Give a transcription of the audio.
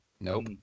Nope